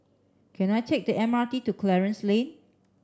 can I take the M R T to Clarence Lane